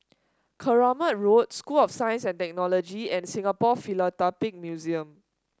Keramat Road School of Science and Technology and Singapore Philatelic Museum